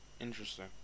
Interesting